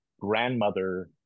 grandmother